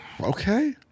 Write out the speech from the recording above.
Okay